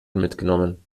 mitgenommen